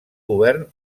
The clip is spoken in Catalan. govern